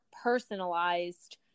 personalized